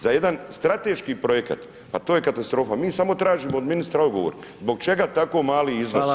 Za jedan strateški projekat, pa to je katastrofa, mi samo tražimo od ministra odgovor, zbog čega tako mali iznos.